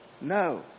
No